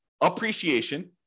appreciation